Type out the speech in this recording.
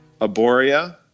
Aboria